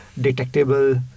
detectable